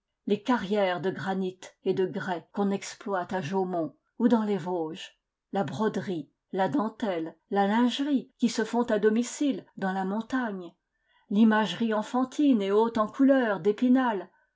les carrières de granit et de grès qu'on exploite à jaumont ou dans les vosges la broderie la dentelle la lingerie qui se font à domicile dans la montagne l'imagerie enfantine et haute en couleurs d'epinal